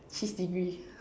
cheese degree